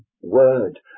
Word